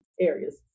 areas